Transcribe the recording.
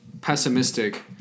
pessimistic